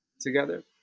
together